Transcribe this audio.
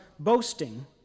boasting